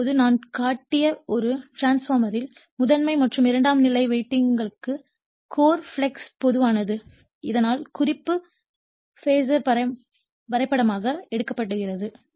இப்போது நான் காட்டிய ஒரு டிரான்ஸ்பார்மர்யில் முதன்மை மற்றும் இரண்டாம் நிலை வைண்டிங்களுக்கு கோர் ஃப்ளக்ஸ் பொதுவானது இதனால் குறிப்பு பேஸர் வரைபடமாக எடுக்கப்படுகிறது